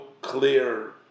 clear